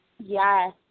Yes